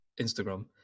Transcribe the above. Instagram